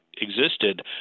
existed